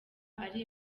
ari